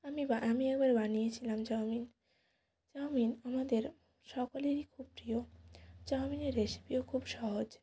আমি বা আমি একবার বানিয়েছিলাম চাউমিন চাউমিন আমাদের সকলেরই খুব প্রিয় চাউমিনের রেসিপিও খুব সহজ